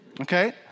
Okay